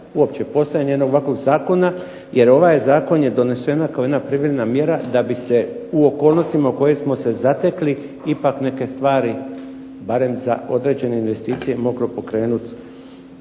uopće postojanje jednog ovakvog zakona jer ovaj zakon je donesen kao jedna privremena mjera da bi se u okolnostima u kojima smo se zatekli ipak neke stvari barem za određene investicije moglo pokrenut